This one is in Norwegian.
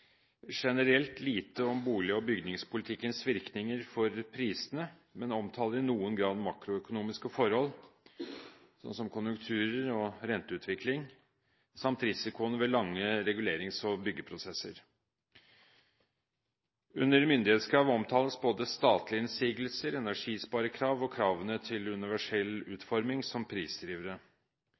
generelt lite om bolig- og bygningspolitikkens virkninger for prisene, men den omtaler i noen grad makroøkonomiske forhold som konjunkturer og renteutvikling samt risikoen ved lange regulerings- og byggeprosesser. Under myndighetskrav omtales både statlige innsigelser, energisparekrav og kravene til universell utforming som prisdrivere.